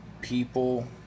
people